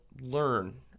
learn